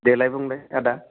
देलाय बुंलाय आदा